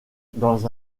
dans